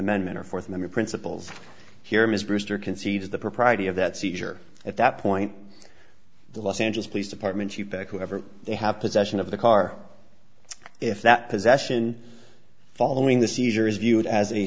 amendment or fourth member principles here miss brewster concedes the propriety of that seizure at that point the los angeles police department you pick whatever they have possession of the car if that possession following the seizure is viewed as a